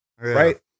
Right